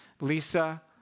Lisa